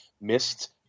missed